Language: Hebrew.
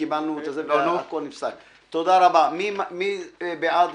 מי בעד